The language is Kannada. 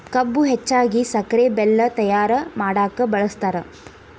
ಕಬ್ಬು ಹೆಚ್ಚಾಗಿ ಸಕ್ರೆ ಬೆಲ್ಲ ತಯ್ಯಾರ ಮಾಡಕ ಬಳ್ಸತಾರ